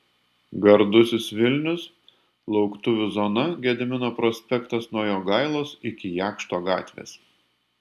gardusis vilnius lauktuvių zona gedimino prospektas nuo jogailos iki jakšto gatvės